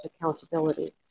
accountability